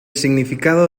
significado